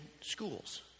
schools